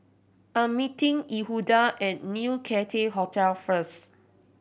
I'm meeting Yehuda at New Cathay Hotel first